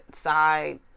side